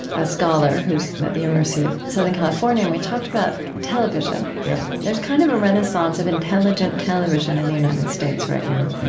a scholar who's at the university of southern california, and we talked about television. yeah there's kind of a renaissance of intelligent television in the united states right now,